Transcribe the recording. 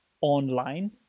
online